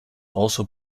also